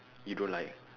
you don't like